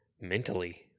mentally